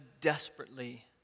desperately